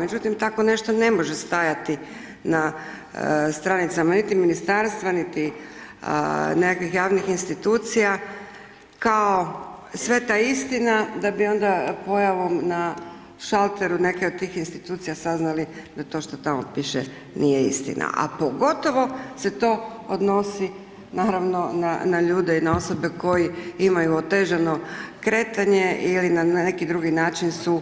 Međutim, tako nešto ne može stajati na stranicama niti ministarstva, niti nekakvih javnih institucija, kao sva ta istina, da bi onda pojavom na šalteru neke od tih institucija, saznali a to što tamo piše nije istina, a pogotovo se to odnosi naravno na ljude i na osobe koji imaju otežano kretanje ili na neki drugi način su